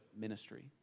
ministry